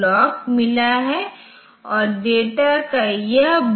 तो यह LDMIA निर्देश है मैं क्या कर रहा हूँ